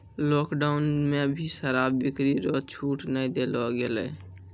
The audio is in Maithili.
लोकडौन मे भी शराब बिक्री रो छूट नै देलो गेलै